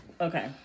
Okay